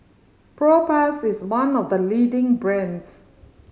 Propass is one of the leading brands